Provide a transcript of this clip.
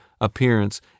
appearance